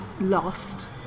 lost